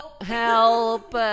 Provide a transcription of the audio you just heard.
Help